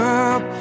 up